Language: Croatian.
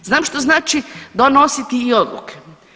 Znam što znači donositi i odluke.